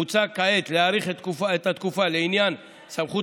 מוצע כעת להאריך את התקופה לעניין סמכות